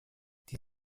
die